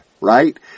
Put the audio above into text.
right